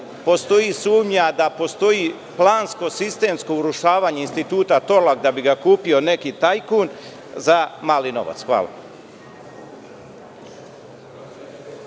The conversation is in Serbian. postoji sumnja da postoji plansko, sistemsko urušavanje Instituta „Torlak“ da bi ga kupio neki tajkun za mali novac? Hvala.